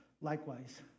Likewise